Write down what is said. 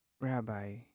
rabbi